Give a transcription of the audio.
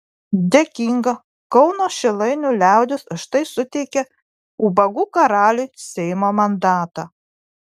dėkinga kauno šilainių liaudis už tai suteikė ubagų karaliui seimo mandatą